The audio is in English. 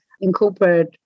incorporate